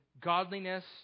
godliness